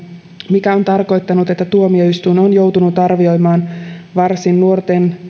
mikä on tarkoittanut että tuomioistuin on joutunut arvioimaan varsin nuortenkin